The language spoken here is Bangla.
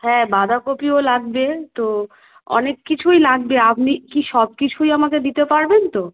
হ্যাঁ বাঁধাকপিও লাগবে তো অনেক কিছুই লাগবে আপনি কি সব কিছুই আমাকে দিতে পারবেন তো